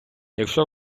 якщо